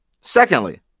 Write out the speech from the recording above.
Secondly